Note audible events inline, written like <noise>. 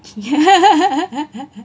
<laughs>